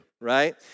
right